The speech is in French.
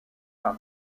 par